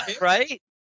Right